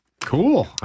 Cool